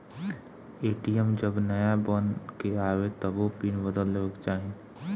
ATM जब नाया बन के आवे तबो पिन बदल लेवे के चाही